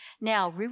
Now